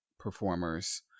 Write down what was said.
performers